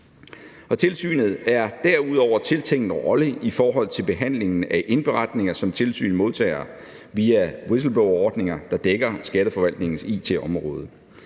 Tilsynet er derudover tiltænkt en rolle i forhold til behandlingen af indberetninger, som tilsynet modtager via whistleblowerordninger, der dækker Skatteforvaltningens it-område.